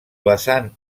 vessant